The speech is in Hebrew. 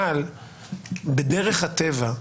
אבל בדרך הטבע,